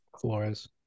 Flores